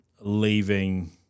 leaving